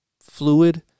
fluid